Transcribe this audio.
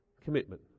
commitment